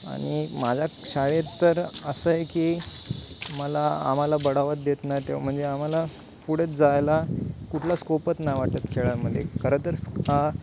आणि माझ्या शाळेत तर असं आहे की मला आम्हाला बढावाच देत नाही तेव्हा म्हणजे आम्हाला पुढेच जायला कुठला स्कोपच नाही वाटत खेळामध्ये खरंतर स्क हा